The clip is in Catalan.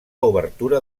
obertura